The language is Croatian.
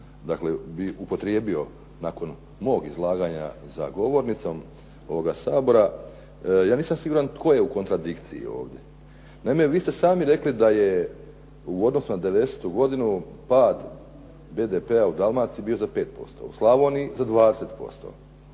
dakle upotrijebio nakon mog izlaganja za govornicom ovoga Sabora, ja nisam siguran tko je u kontradikciji ovdje. Naime, vi ste sami rekli da je u odnosu na '90. godinu pad BDP-a u Dalmaciji bio za 5%, u Slavoniji za 20%.